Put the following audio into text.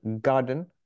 garden